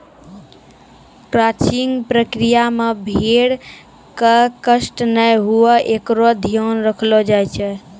crutching प्रक्रिया मे भेड़ क कष्ट नै हुये एकरो ध्यान रखलो जाय छै